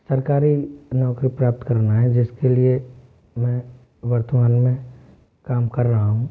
सरकारी नौकरी प्राप्त करना है जिसके लिए मैं वर्तमान में काम कर रहा हूँ